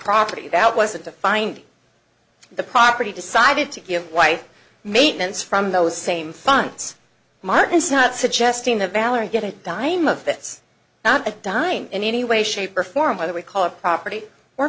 property that wasn't to find the property decided to give wife maintenance from those same funds martin such suggesting that valerie get a dime of that's not a dime in any way shape or form whether we call it property or